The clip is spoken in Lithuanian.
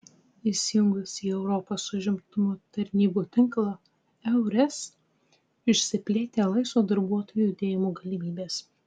įsijungus į europos užimtumo tarnybų tinklą eures išsiplėtė laisvo darbuotojų judėjimo galimybės